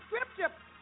scripture